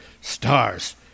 Stars